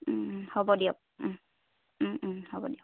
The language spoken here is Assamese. হ'ব দিয়ক হ'ব দিয়ক